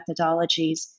methodologies